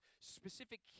specific